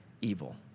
evil